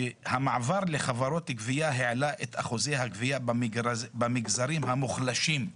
שהמעבר לחברות גבייה העלה את אחוזי הגבייה במגזרים המוחלשים.